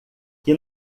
que